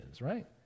right